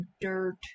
dirt